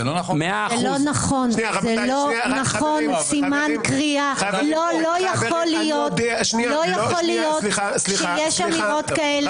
זה לא נכון! לא יכול להיות שיש אמירות כאלה.